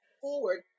forward